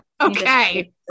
okay